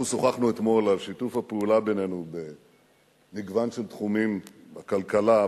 אנחנו שוחחנו אתמול על שיתוף הפעולה בינינו במגוון של תחומים: בכלכלה,